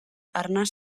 arnas